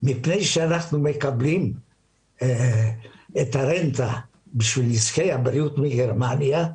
מפני שאנחנו מקבלים את הרנטה בשביל נזקי הבריאות מגרמניה,